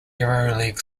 euroleague